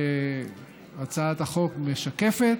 שהצעת החוק משקפת,